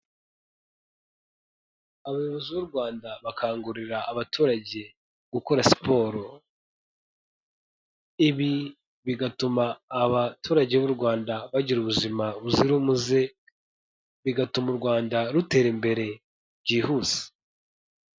Abayobozi b'u Rwanda bakangurira abaturage gukora siporo, ibi bigatuma abaturage b'u Rwanda bagira ubuzima buzira umuze, bigatuma u Rwanda rutera imbere byihuse.